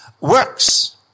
Works